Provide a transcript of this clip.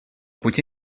пути